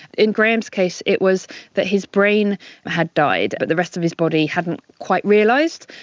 in grahame's case it was that his brain had died but the rest of his body hadn't quite realised.